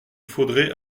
faudrait